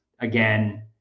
again